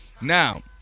Now